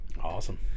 Awesome